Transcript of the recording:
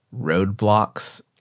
roadblocks